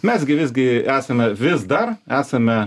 mes gi visgi esame vis dar esame